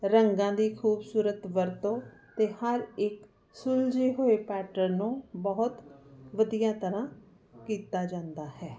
ਰੰਗਾਂ ਦੀ ਖੂਬਸੂਰਤ ਵਰਤੋਂ ਅਤੇ ਹਰ ਇੱਕ ਸੁਲਝੇ ਹੋਏ ਪੈਟਰਨ ਨੂੰ ਬਹੁਤ ਵਧੀਆ ਤਰ੍ਹਾਂ ਕੀਤਾ ਜਾਂਦਾ ਹੈ